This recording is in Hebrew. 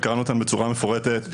וקראנו אותן בצורה מפורטת,